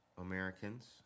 Americans